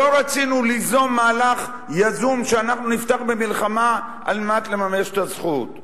לא רצינו ליזום מהלך יזום שאנחנו נפתח במלחמה על מנת שנממש את הזכות.